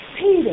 Peter